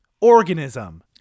Organism